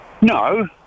No